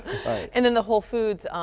and then the whole foods,